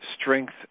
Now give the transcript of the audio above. strength